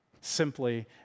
simply